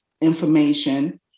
information